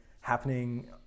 happening